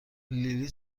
لیلی